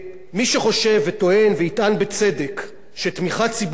ויטען בצדק שתמיכה ציבורית כזאת עשויה לשים,